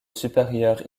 supérieure